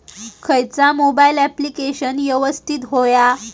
खयचा mobile application यवस्तित होया?